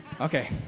Okay